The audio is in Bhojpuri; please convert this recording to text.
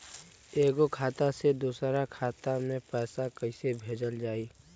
एगो खाता से दूसरा खाता मे पैसा कइसे भेजल जाई?